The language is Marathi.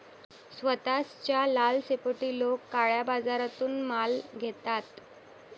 स्वस्ताच्या लालसेपोटी लोक काळ्या बाजारातून माल घेतात